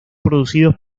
producidos